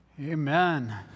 Amen